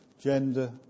gender